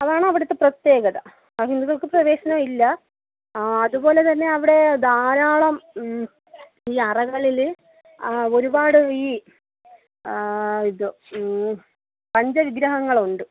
അതാണവിടുത്തെ പ്രത്യേകത അഹിന്ദുക്കൾക്ക് പ്രവേശനമില്ല അതുപോലെതന്നെ അവിടെ ധാരാളം ഈ അറകളിൽ ഒരുപാട് ഈ ഇത് പഞ്ചവിഗ്രഹങ്ങളുണ്ട്